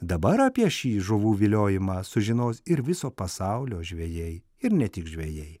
dabar apie šį žuvų viliojimą sužinos ir viso pasaulio žvejai ir ne tik žvejai